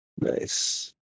Nice